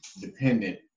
dependent